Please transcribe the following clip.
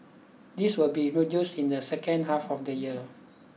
this will be introduced in the second half of the year